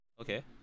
okay